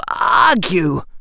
argue